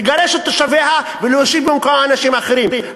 לגרש את תושביה ולהושיב במקומם אנשים אחרים.